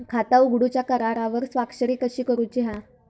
खाता उघडूच्या करारावर स्वाक्षरी कशी करूची हा?